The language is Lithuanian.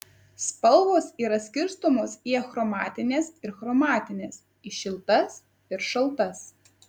spalvos yra skirstomos į achromatines ir chromatines į šiltas ir šaltas